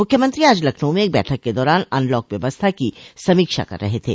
मुख्यमंत्री आज लखनऊ में एक बैठक के दौरान अनलॉक व्यवस्था की समीक्षा कर रहे थे